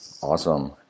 Awesome